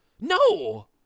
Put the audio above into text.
No